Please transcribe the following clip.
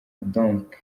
donc